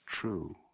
true